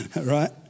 Right